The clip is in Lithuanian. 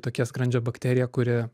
tokia skrandžio bakterija kuri